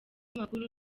makuru